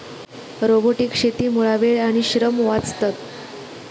robotic शेतीमुळा वेळ आणि श्रम वाचतत